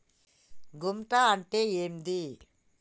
గుంట అంటే ఏంది?